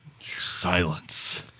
Silence